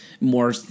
more